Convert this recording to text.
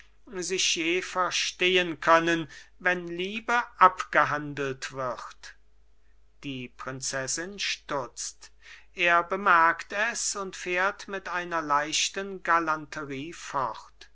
sich je verstehen können wenn liebe abgehandelt wird die prinzessin stutzt er bemerkt es und fährt mit einer leichten galanterie fort